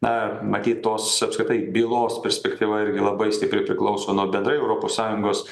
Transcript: na matyt tos apskritai bylos perspektyva irgi labai stipriai priklauso nuo bendrai europos sąjungos